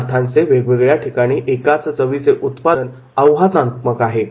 पदार्थाचे वेगवेगळ्या ठिकाणी एकाच चवीने उत्पादन आव्हानात्मक आहे